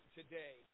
today